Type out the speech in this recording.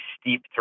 steep